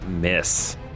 miss